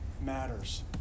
matters